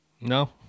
No